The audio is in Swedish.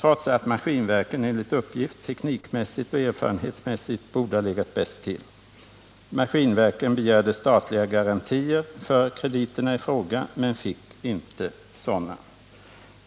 trots att Maskinverken enligt uppgift teknikmässigt och erfarenhetsmässigt borde ha legat bäst till. Maskinverken begärde statliga garantier för krediterna i fråga, men fick inte sådana.